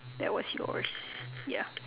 that was yours ya